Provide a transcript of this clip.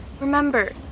Remember